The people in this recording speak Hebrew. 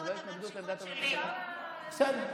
הכול בסדר,